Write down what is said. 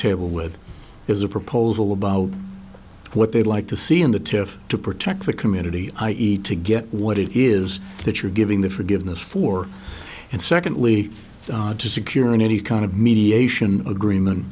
table with is a proposal about what they'd like to see in the tariff to protect the community i e to get what it is that you're giving the forgiveness for and secondly to secure any kind of mediation agreement